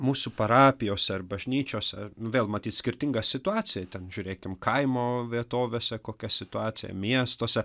mūsų parapijose ar bažnyčiose vėl matyt skirtinga situacija ten žiūrėkim kaimo vietovėse kokia situacija miestuose